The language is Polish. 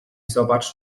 zobacz